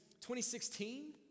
2016